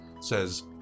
says